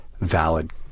valid